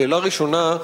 שאלה ראשונה: